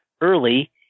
early